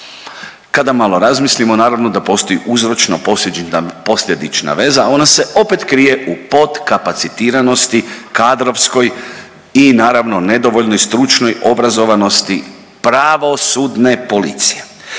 Kada malo razmislimo naravno da postoji uzročno posljedična veza, a ona se opet krije u potkapacitiranosti kadrovskoj i naravno nedovoljnoj stručnoj obrazovanosti pravosudne policije.